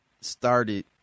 started